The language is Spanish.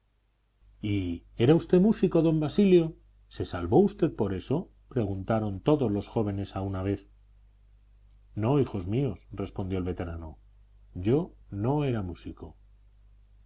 y era usted músico don basilio se salvó usted por eso preguntaron todos los jóvenes a una vez no hijos míos respondió el veterano yo no era músico